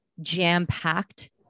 jam-packed